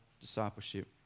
discipleship